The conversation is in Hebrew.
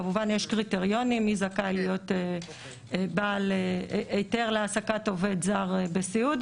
כמובן שיש קריטריונים מי זכאי להיות בעל היתר להעסקת עובד זר בסיעוד.